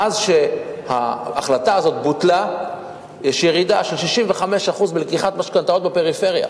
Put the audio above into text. מאז שההחלטה הזאת בוטלה יש ירידה של 65% בלקיחת משכנתאות בפריפריה.